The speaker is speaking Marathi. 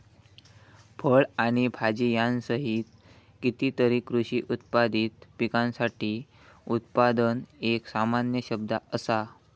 फळ आणि भाजीयांसहित कितीतरी कृषी उत्पादित पिकांसाठी उत्पादन एक सामान्य शब्द असा